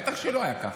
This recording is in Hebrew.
בטח שלא היה ככה.